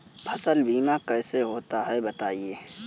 फसल बीमा कैसे होता है बताएँ?